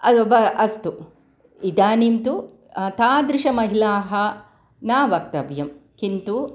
अ ब अस्तु इदानीं तु तादृशाः महिलाः न वक्तव्यं किन्तु